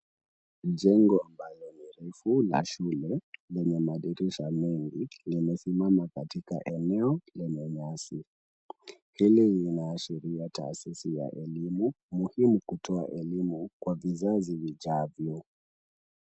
Mjengo ambayo ni refu, la shule, lenye madirisha mengi, limesimama katika eneo lenye nyasi. Hili lina ashiria taasisi ya elimu, muhimu kutoa elimu kwa vizazi vijavyo.